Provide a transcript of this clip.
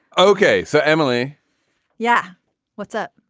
ok. so emily yeah what's up.